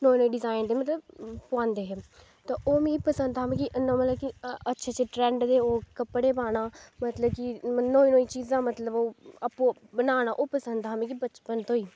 नमें नमें डिज़ाईन दे मतलव पांदे हे तो ओह् मिगी पसंद हा मिगी इयां मतलव अच्छे अच्चे ट्रैंड दे कपड़े पाना मतलव की नमीं नमीं चीजां मतलव आपूं बनाना मिगी पसंद हा बचपन तो ई